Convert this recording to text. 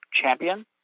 champion